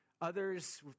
Others